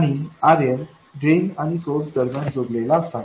आणि RL drain आणि source दरम्यान जोडलेला असावा